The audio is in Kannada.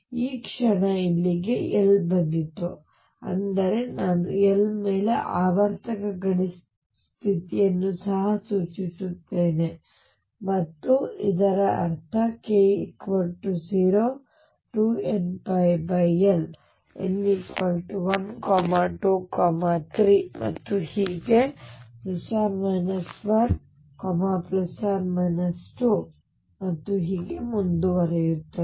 ಈ ಕ್ಷಣ ಇಲ್ಲಿಗೆ L ಬಂದಿತು ಅಂದರೆ ನಾನು L ಮೇಲೆ ಆವರ್ತಕ ಗಡಿ ಸ್ಥಿತಿಯನ್ನು ಸಹ ಸೂಚಿಸುತ್ತೇನೆ ಮತ್ತು ಇದರ ಅರ್ಥ k02nπL n 123 ಮತ್ತು ಹೀಗೆ ± 1 ± 2 ಮತ್ತು ಹೀಗೆ ಮುಂದುವರಿಯುತ್ತದೆ